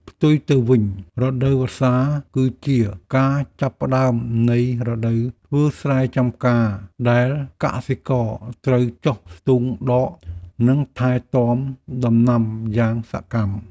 ផ្ទុយទៅវិញរដូវវស្សា គឺជាការចាប់ផ្តើមនៃរដូវធ្វើស្រែចម្ការដែលកសិករត្រូវចុះស្ទូងដក និងថែទាំដំណាំយ៉ាងសកម្ម។